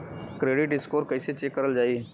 Credit score कइसे check करल जायी?